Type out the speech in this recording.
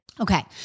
Okay